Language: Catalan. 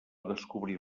descobrir